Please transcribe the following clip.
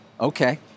Okay